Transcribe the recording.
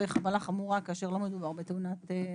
וחבלה חמורה כאשר לא מדובר בתאונת מוות.